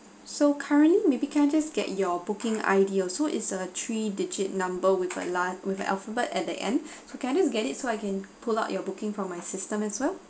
so currently maybe can I just get your booking I_D also it's a three digit number with a lot with alphabet at the end so can I just get it so I can pull out your booking from my system as well